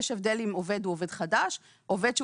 יש הבדל אם עובד הוא עובד חדש או עובד שלדוגמה הוא